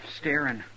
staring